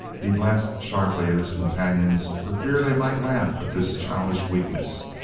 he glanced sharply at his companions for fear they might laugh at this childish weakness,